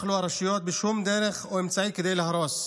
הרשויות לא בחלו בשום דרך או אמצעי כדי להרוס.